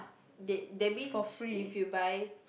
that that means if you buy